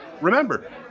Remember